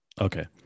Okay